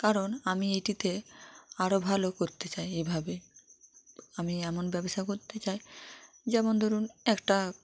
কারণ আমি এটিতে আরো ভালো করতে চাই এভাবে আমি এমন ব্যবসা করতে চাই যেমন ধরুন একটা